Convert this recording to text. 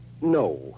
no